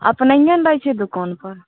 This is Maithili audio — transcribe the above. अपनैहे ने रहै छियै दुकान पर